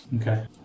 Okay